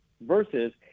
versus